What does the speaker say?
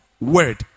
word